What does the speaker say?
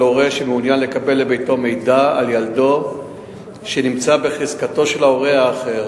על הורה שמעוניין לקבל לביתו מידע על ילדו שנמצא בחזקתו של ההורה האחר